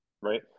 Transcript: right